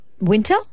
Winter